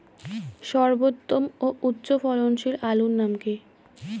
সর্বোত্তম ও উচ্চ ফলনশীল আলুর নাম কি?